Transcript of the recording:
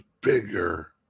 bigger